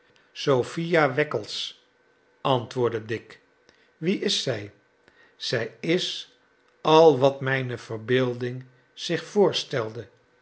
sophia wackles antwoordde dick wie is zij zij is al wat mijne verbeelding zich voorstelde